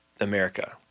America